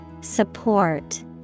Support